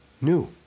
New